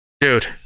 Dude